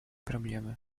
проблемы